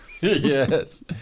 yes